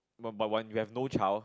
no but when you have no child